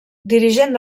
dirigent